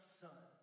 son